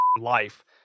life